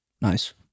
Nice